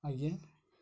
ଆଜ୍ଞା